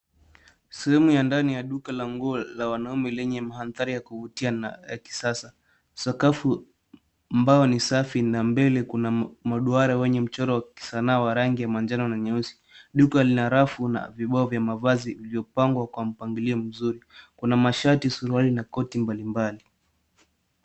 Sehemu ya ndani ya duka la nguo la wanaume lenye mandhari ya kuvutia na ya kisasa. Sakafu mbao ni safi na mbele kuna maduara wenye mchoro wa kisanaa wa rangi ya manjano na nyeusi. Duka lina rafu na vibao vya mavazi vilivyopangwa kwa mpangilio mzuri. Kuna mashati, suruali na koti mbalimbali.